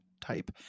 type